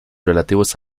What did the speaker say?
relativos